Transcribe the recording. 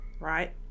Right